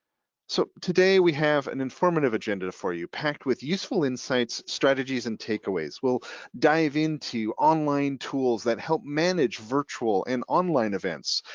so today we have an informative agenda for you packed with useful insights, strategies and takeaways. we'll dive into online tools that help manage virtual and online events.